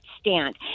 stand